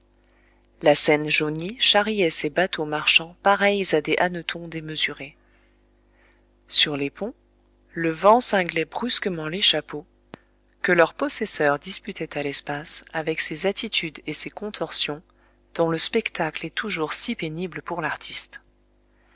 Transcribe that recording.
la seine jaunie charriait ses bateaux marchands pareils à des hannetons démesurés sur les ponts le vent cinglait brusquement des chapeaux que leurs possesseurs disputaient à l'espace avec ces attitudes et ces contorsions dont le spectacle est toujours si pénible pour l'artiste